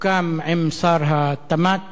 סוכם עם שר התמ"ת